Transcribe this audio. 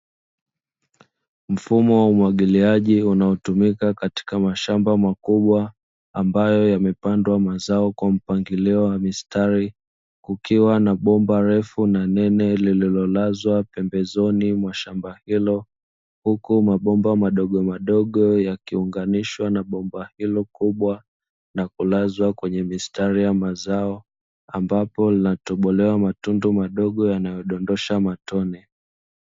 Mfumo wa umwagiliaji unaotumika katika mashamba makubwa ambayo yamepandwa mazao kwa mpangilio yaliyostawi, kukiwa na bomba lefu na nene lililazwa pembezoni mwa shamba hilo, huku mabomba madogo madogo yakiunganishwa na bomba hilo kubwa, na kulazwa kwenye mistari ya mazao ambapo imetobolewa matundu madogo yanayodondosha matone.